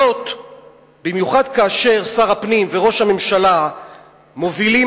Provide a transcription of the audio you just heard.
במיוחד כאשר שר הפנים וראש הממשלה מובילים